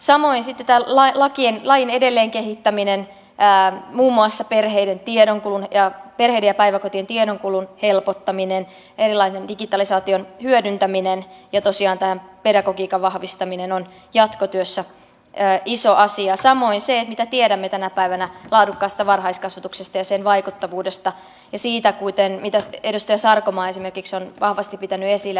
samoin sitten lain edelleen kehittäminen muun muassa perheiden ja päiväkotien tiedonkulun helpottaminen erilainen digitalisaation hyödyntäminen ja tosiaan tämä pedagogiikan vahvistaminen on jatkotyössä iso asia samoin se mitä tiedämme tänä päivänä laadukkaasta varhaiskasvatuksesta ja sen vaikuttavuudesta ja siitä mitä edustaja sarkomaa esimerkiksi on vahvasti pitänyt esillä